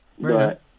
Right